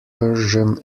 version